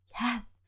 Yes